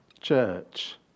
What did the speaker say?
church